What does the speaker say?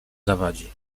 zawadzi